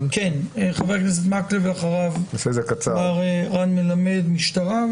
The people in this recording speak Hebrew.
חבר הכנסת מקלב, ואחריו מר רן מלמד והמשטרה.